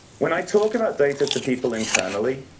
when i talk about data to people internally,